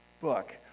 book